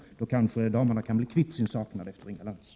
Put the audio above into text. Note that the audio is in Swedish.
Damerna kanske då kan bli kvitt sin saknad efter Inga Lantz.